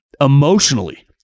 emotionally